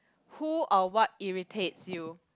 who or what irritates you